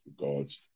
regards